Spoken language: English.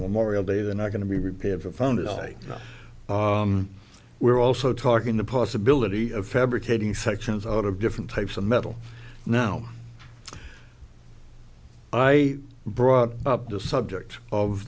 memorial day they're not going to be repaired or found at all we're also talking the possibility of fabricating sections out of different types of metal now i brought up the subject of